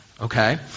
Okay